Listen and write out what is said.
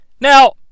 Now